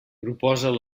proposa